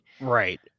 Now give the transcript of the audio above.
Right